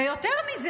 ויותר מזה,